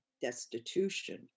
destitution